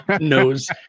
knows